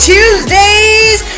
Tuesdays